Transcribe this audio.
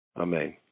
Amen